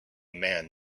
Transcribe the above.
man